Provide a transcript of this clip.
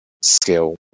skill